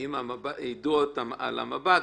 אם יִדּעו אותם על המב"ד,